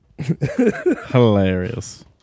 Hilarious